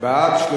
להעביר